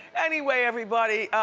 anyway, everybody,